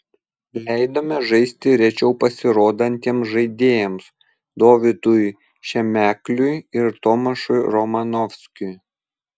leidome žaisti rečiau pasirodantiems žaidėjams dovydui šemekliui ir tomašui romanovskiui